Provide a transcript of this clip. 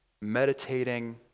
meditating